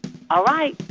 all right,